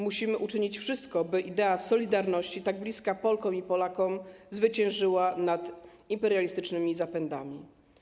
Musimy uczynić wszystko, by idea solidarności, tak bliska Polkom i Polakom, zwyciężyła nad imperialistycznymi zapędami.